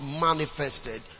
manifested